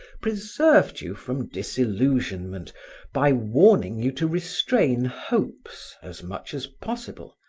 preserved you from disillusionment by warning you to restrain hopes as much as possible,